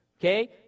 okay